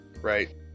Right